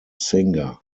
singer